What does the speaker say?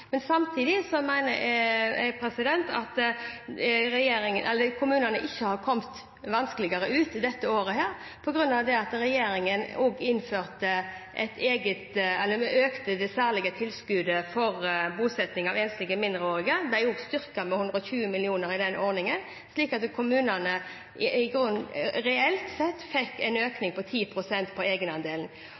men samtidig mener jeg at kommunene ikke har kommet verre ut i dette året, på grunn av at regjeringen økte det særlige tilskuddet for bosetting av enslige mindreårige. Det er styrket med 120 mill. kr, slik at kommunene reelt sett fikk en økning på 10 pst. på egenandelen.